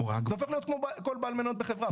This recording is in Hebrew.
זה הופך להיות כמו כל בעל מניות בחברה,